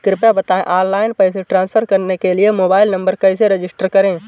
कृपया बताएं ऑनलाइन पैसे ट्रांसफर करने के लिए मोबाइल नंबर कैसे रजिस्टर करें?